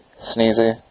Sneezy